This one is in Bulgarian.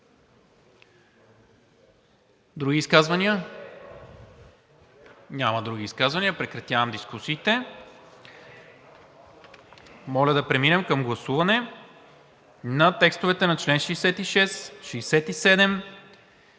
Други изказвания? Няма. Прекратявам дискусиите. Моля да преминем към гласуване на текстовете на членове 66, 67, 68